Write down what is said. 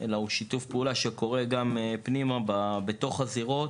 אלא הוא שיתוף פעולה שקורה גם פנימה בתוך הזירות,